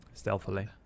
stealthily